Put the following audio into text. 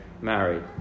married